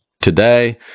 today